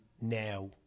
now